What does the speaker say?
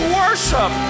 worship